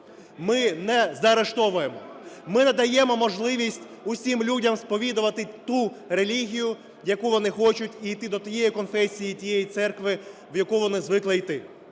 ми не заарештовуємо. Ми надаємо можливість усім людям сповідувати ту релігію, яку вони хочуть, і йти до тієї конфесії і тієї церкви, до якої вони звикли йти.